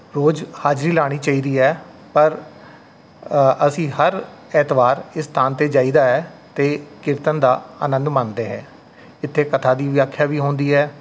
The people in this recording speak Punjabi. ਰੋਜ਼ ਹਾਜ਼ਰੀ ਲਾਣੀ ਚਾਹੀਦੀ ਹੈ ਪਰ ਅਸੀਂ ਹਰ ਐਤਵਾਰ ਇਸ ਸਥਾਨ 'ਤੇ ਜਾਈਦਾ ਹੈ ਅਤੇ ਕੀਰਤਨ ਦਾ ਆਨੰਦ ਮਾਣਦੇ ਹੈ ਇੱਥੇ ਕਥਾ ਦੀ ਵਿਆਖਿਆ ਵੀ ਹੁੰਦੀ ਹੈ